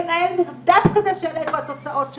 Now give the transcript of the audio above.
לנהל מרדף כזה, שאלו התוצאות שלו?